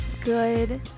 Good